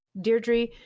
Deirdre